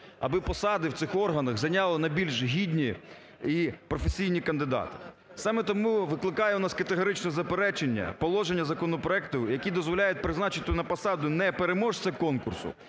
аби посади в цих органах зайняли найбільш гідні і професійні кандидати. Саме тому викликає у нас категоричне заперечення положення законопроекту, які дозволяють призначити на посаду не переможця конкурсу,